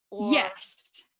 yes